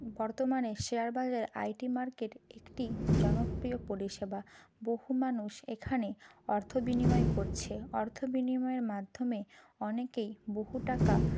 বর্তমানে শেয়ার বাজার I T market একটি জনপ্রিয় পরিষেবা বহু মানুষ এখানে অর্থ বিনিময় করছে অর্থ বিনিময়ের মাধ্যমে অনেকেই বহু টাকা